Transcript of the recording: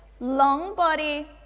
long body,